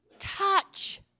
touch